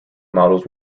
models